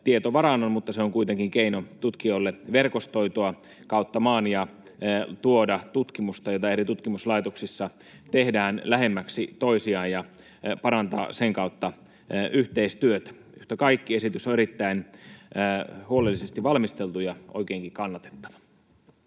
mutta se on kuitenkin tutkijoille keino verkostoitua kautta maan ja tuoda tutkimusta, jota eri tutkimuslaitoksissa tehdään, lähemmäksi toisiaan ja parantaa sen kautta yhteistyötä. Yhtä kaikki, esitys on erittäin huolellisesti valmisteltu ja oikeinkin kannatettava.